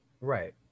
Right